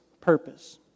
purpose